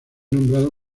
nombrado